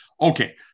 Okay